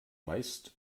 meist